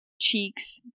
cheeks